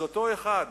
אז אותו אחד,